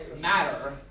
Matter